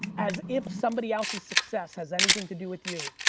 as if somebody else's success has anything to do with you.